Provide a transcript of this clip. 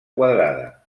quadrada